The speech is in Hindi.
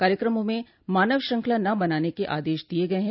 कार्यक्रमों में मानव श्रंखला न बनाने के आदश दिये गये हैं